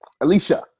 alicia